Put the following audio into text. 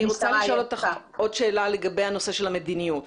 אני רוצה לשאול אותך עוד שאלה לגבי הנושא של המדיניות.